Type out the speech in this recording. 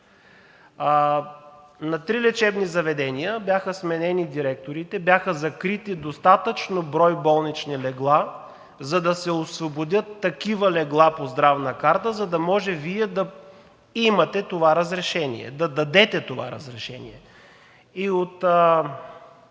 На три лечебни заведения бяха сменени директорите, бяха закрити достатъчен брой болнични легла, за да освободят такива легла по Здравна карта, за да може Вие да дадете това разрешение. За да стане ясно на народните